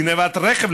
גנבת רכב,